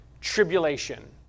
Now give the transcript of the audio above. tribulation